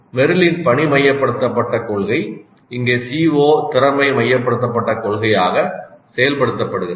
மெர்ரிலின் பணி மையப்படுத்தப்பட்ட கொள்கை இங்கே CO திறமை மையப்படுத்தப்பட்ட கொள்கையாக செயல்படுத்தப்படுகிறது